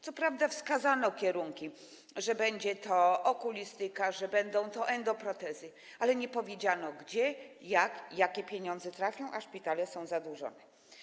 Co prawda wskazano kierunki, że będzie to okulistyka, że będą to endoprotezy, ale nie powiedziano, gdzie, jak, jakie pieniądze trafią, a szpitale są zadłużone.